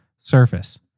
Surface